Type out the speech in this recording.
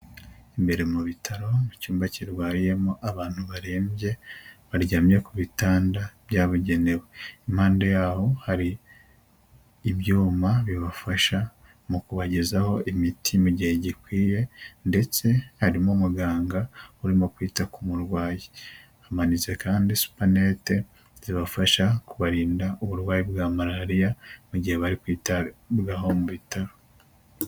Imbere mu bitaro mu cyumba kirwariyemo abantu barembye, baryamye ku bitanda byabugenewe, impande yaho hari ibyuma bibafasha mu kubagezaho imiti mu gihe gikwiye, ndetse harimo umuganga urimo kwita ku murwayi , hamanitse kandi supanete zibafasha kubarinda uburwayi bwa malariya, mu gihe bari kwitabwaho mu bitaro.